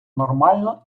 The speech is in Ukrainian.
нормально